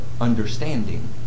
understanding